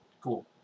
Cool